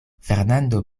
fernando